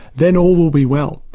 then all will be well.